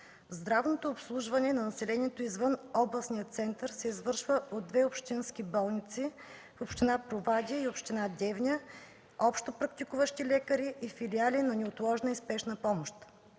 Здравното обслужване на населението извън областният център се извършва от две общински болници в община Провадия и община Девня, общопрактикуващи лекари и филиали на неотложна и спешна помощ.